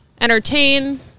entertain